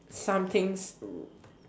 some things